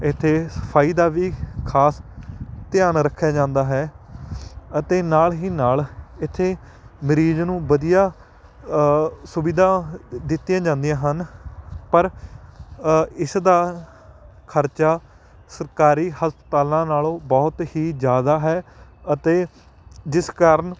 ਇੱਥੇ ਸਫਾਈ ਦਾ ਵੀ ਖਾਸ ਧਿਆਨ ਰੱਖਿਆ ਜਾਂਦਾ ਹੈ ਅਤੇ ਨਾਲ ਹੀ ਨਾਲ ਇੱਥੇ ਮਰੀਜ਼ ਨੂੰ ਵਧੀਆ ਸੁਵਿਧਾ ਦਿੱਤੀਆਂ ਜਾਂਦੀਆਂ ਹਨ ਪਰ ਇਸ ਦਾ ਖਰਚਾ ਸਰਕਾਰੀ ਹਸਪਤਾਲਾਂ ਨਾਲੋਂ ਬਹੁਤ ਹੀ ਜ਼ਿਆਦਾ ਹੈ ਅਤੇ ਜਿਸ ਕਾਰਨ